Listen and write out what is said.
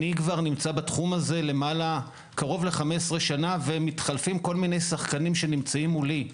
אני בתחום הזה קרוב ל-15 שנה ומתחלפים כל מיני שחקנים שנמצאים מולי.